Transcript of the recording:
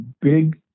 big